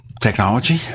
technology